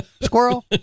squirrel